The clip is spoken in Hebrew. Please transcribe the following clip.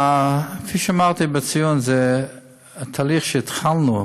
כפי שציינתי, זה תהליך שהתחלנו.